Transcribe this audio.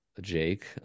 Jake